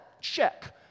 Check